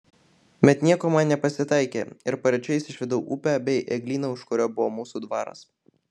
bet nieko man nepasitaikė ir paryčiais išvydau upę bei eglyną už kurio buvo mūsų dvaras